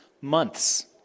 months